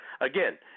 Again